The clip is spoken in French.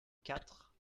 quatre